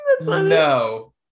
No